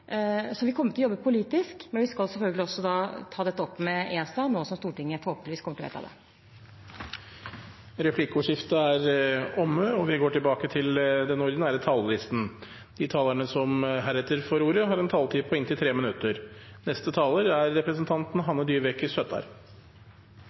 Så vi kommer til å jobbe politisk, men vi skal selvfølgelig også ta dette opp med ESA, nå som Stortinget forhåpentligvis kommer til å vedta det. Replikkordskiftet er omme. De talere som heretter får ordet, har en taletid på inntil 3 minutter. Denne meldingen er